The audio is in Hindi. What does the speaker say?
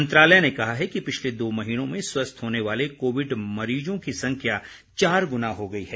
मंत्रालय ने कहा है कि पिछले दो महीनों में स्वस्थ होने वाले कोविड मरीजों की संख्या चार गुना हो गई है